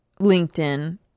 LinkedIn